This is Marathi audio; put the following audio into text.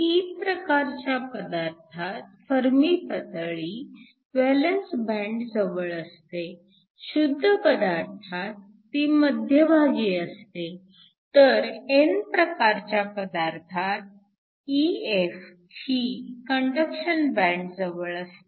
p प्रकारच्या पदार्थात फर्मी पातळी व्हॅलन्स बँड जवळ असते शुद्ध पदार्थात ती मध्यभागी असते तर n प्रकारच्या पदार्थात EF ही कंडक्शन बँड जवळ असते